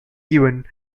given